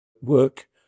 work